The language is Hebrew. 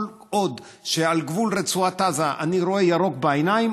כל עוד שעל גבול רצועת עזה אני רואה ירוק בעיניים,